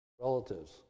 relatives